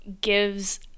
gives